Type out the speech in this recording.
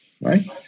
right